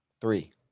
Three